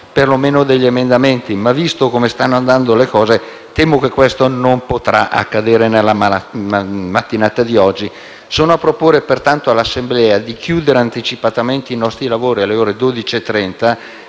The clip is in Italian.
perlomeno degli emendamenti, ma visto come stanno andando le cose temo che ciò non potrà accadere nella mattinata di oggi. Propongo pertanto all'Assemblea di concludere anticipatamente i nostri lavori alle ore 12,30